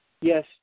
Yes